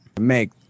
make